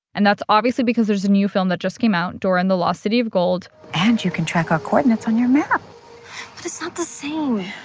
and that's obviously because there's a new film that just came out, dora and the lost city of gold. and you can track our coordinates on your map but it's not the same.